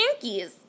Jinkies